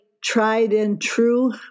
tried-and-true